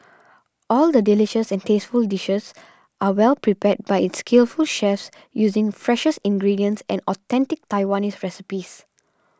all the delicious and tasteful dishes are well prepared by its skillful chefs using freshest ingredients and authentic Taiwanese recipes